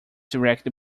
directed